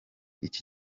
iki